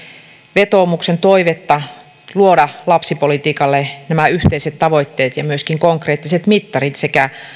vetoomuksen toivetta luoda lapsipolitiikalle nämä yhteiset tavoitteet ja myöskin konkreettiset mittarit sekä